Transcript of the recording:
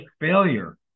failure